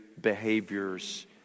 behaviors